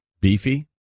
Beefy